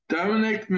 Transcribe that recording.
Dominic